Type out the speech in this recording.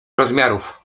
rozmiarów